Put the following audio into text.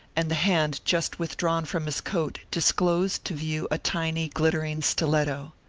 and the hand just withdrawn from his coat disclosed to view a tiny, glittering stiletto.